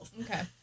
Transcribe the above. Okay